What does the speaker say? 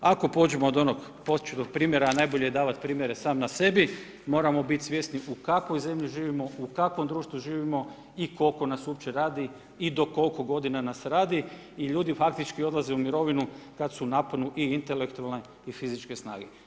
Ako pođemo od onog početnog primjera a najbolje je davati primjere sam na sebi, moramo biti svjesni u kakvoj zemlji živimo, u kakvom društvu živimo i koliko nas uopće radi i do koliko godina nas radi i ljudi faktički odlaze u mirovinu kad su u naponu i intelektualne i fizičke snage.